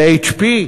ל-HP,